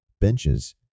benches